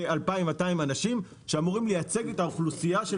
כ-2,200 אנשים שאמורים לייצג את האוכלוסייה של